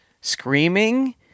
screaming